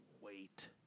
wait